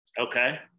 Okay